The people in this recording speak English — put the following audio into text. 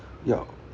ya